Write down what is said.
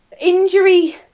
injury